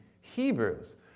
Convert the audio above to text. Hebrews